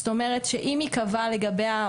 זאת אומרת שאם ייקבע לגביה,